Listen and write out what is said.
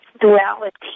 duality